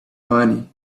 money